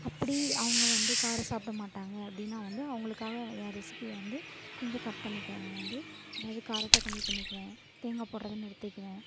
அப்படி அவங்க வந்து காரம் சாப்பிட மாட்டாங்க அப்படின்னா வந்து அவங்களுக்காக என் ரெசிப்பியை வந்து கொஞ்சம் கட் பண்ணிக்குவேன் நான் வந்து அதாவது காரத்தை கம்மி பண்ணிக்குவேன் தேங்காய் போடுறத நிறுத்திக்குவேன்